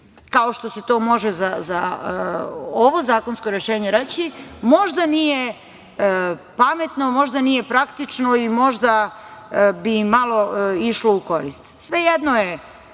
kao što se to može za ovo zakonsko rešenje reći, možda nije pametno, možda nije praktično i možda bi im malo išlo u korist. Svejedno je